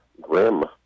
grim